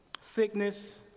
Sickness